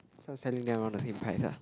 so selling them around the same price ah